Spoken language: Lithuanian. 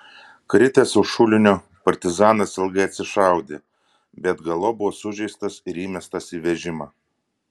kritęs už šulinio partizanas ilgai atsišaudė bet galop buvo sužeistas ir įmestas į vežimą